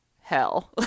hell